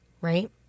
right